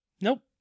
Nope